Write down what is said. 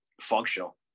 functional